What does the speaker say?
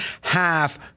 half